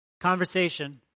Conversation